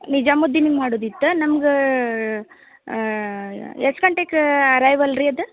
ನಿಜಾಮುದ್ದಿನಿಗೆ ಮಾಡೋದಿತ್ತು ನಮ್ಗೆ ಎಷ್ಟು ಗಂಟೆಗ ಅರೈವಲ್ ರೀ ಅದು